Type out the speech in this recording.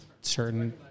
certain